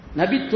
Nabi